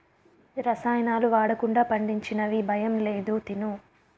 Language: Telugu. రసాయనాలు వాడకుండా పండించినవి భయం లేదు తిను